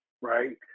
right